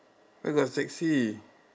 where got sexy